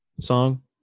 song